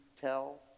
tell